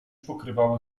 pokrywały